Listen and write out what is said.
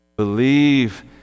Believe